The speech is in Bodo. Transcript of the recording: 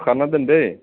सुखाना दोन दै